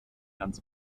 ganz